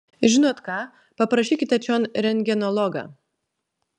žinot ką paprašykite čion rentgenologą